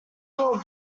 little